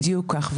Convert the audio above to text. בדיוק כך,